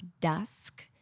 dusk